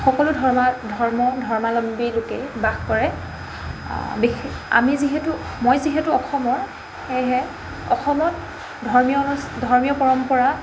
সকলো ধৰ্মা ধৰ্ম ধৰ্মালম্বী লোকে বাস কৰে বিশে আমি যিহেতু মই যিহেতু অসমৰ সেয়েহে অসমত ধৰ্মীয় অনু ধৰ্মীয় পৰম্পৰা